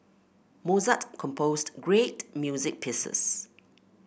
Mozart composed great music pieces